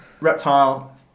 reptile